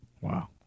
Wow